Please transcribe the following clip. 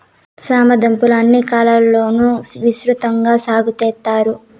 చామ దుంపలు అన్ని కాలాల లోనూ విసృతంగా సాగు చెత్తారు